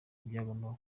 byagombaga